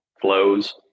flows